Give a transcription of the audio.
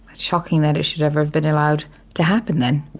shocking that it should ever have been allowed to happen then.